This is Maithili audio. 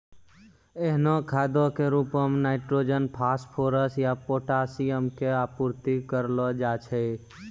एहनो खादो के रुपो मे नाइट्रोजन, फास्फोरस या पोटाशियम के आपूर्ति करलो जाय छै